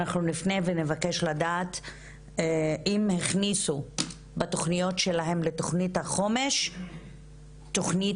אנחנו נפנה ונבקש לדעת אם הכניסו בתוכניות שלהם לתוכנית החומש תוכנית